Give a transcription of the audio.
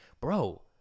Bro